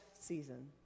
season